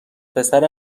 پسر